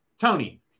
Tony